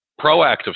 Proactive